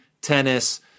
tennis